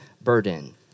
burden